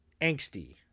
angsty